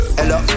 Hello